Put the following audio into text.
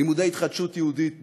לימודי התחדשות יהודית בוטלו.